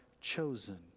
chosen